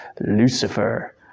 Lucifer